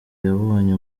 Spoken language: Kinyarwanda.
yabonye